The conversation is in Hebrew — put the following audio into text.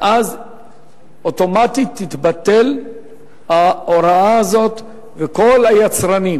ואז אוטומטית תתבטל ההוראה הזאת וכל היצרנים